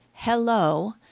Hello